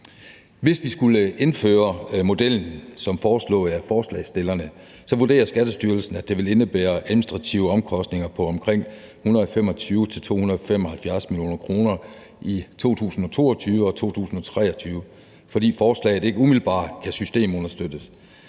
Hvis vi skulle indføre modellen som foreslået af forslagsstillerne, vurderer Skattestyrelsen, at det vil indebære administrative omkostninger på omkring 125-275 mio. kr. i 2022 og 2023, fordi forslaget ikke umiddelbart kan systemunderstøttes.